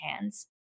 hands